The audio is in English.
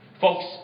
Folks